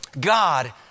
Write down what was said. God